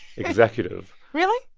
executive really?